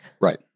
Right